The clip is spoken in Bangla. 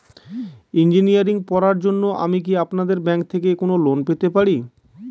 ইঞ্জিনিয়ারিং পড়ার জন্য আমি কি আপনাদের ব্যাঙ্ক থেকে কোন লোন পেতে পারি?